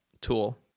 tool